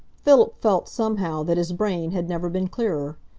philip felt, somehow, that his brain had never been clearer.